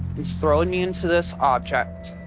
he's throwing me into this object,